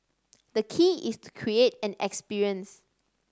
the key is to create an experience